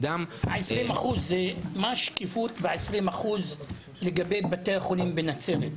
ה-20%, מה השקיפות ב-20% לגבי בתי החולים בנצרת?